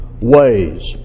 ways